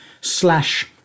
slash